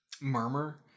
murmur